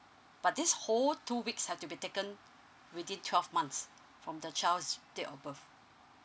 but this whole two weeks have to be taken within twelve months from the child's date of birth